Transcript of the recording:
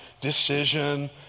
decision